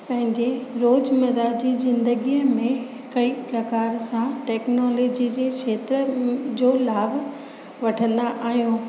पंहिंजे रोज़मरह जी ज़िन्दगीअ में कई प्रकार सां टेक्नोलॉजीअ जे खेत्र जो लाभु वठंदा आहियूं